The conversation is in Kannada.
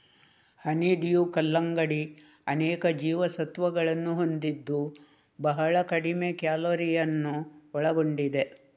ಹನಿಡ್ಯೂ ಕಲ್ಲಂಗಡಿ ಅನೇಕ ಜೀವಸತ್ವಗಳನ್ನು ಹೊಂದಿದ್ದು ಬಹಳ ಕಡಿಮೆ ಕ್ಯಾಲೋರಿಯನ್ನು ಒಳಗೊಂಡಿದೆ